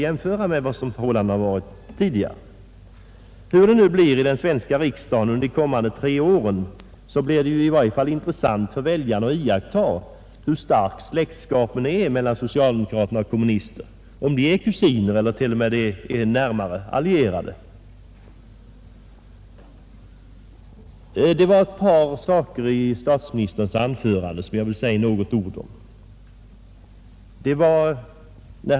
Hur det än blir i den svenska riksdagen under de kommande tre åren så blir det i varje fall intressant för väljarna att iakttaga hur stark släktskapen är mellan socialdemokrater och kommunister — om de är kusiner eller de t.o.m. är närmare allierade. Det var ett par saker i statsministerns anförande som jag vill säga några ord om.